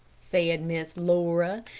said miss laura.